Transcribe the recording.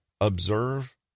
observe